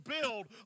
build